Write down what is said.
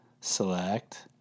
select